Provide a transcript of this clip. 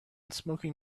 smoking